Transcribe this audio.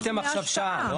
נאמתם עכשיו שעה.